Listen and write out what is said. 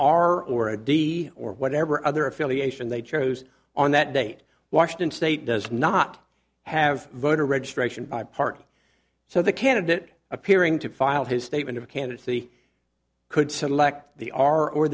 r or a d or whatever other affiliation they chose on that date washington state does not have voter registration by party so the candidate appearing to file his statement of candidacy could select the r or